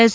S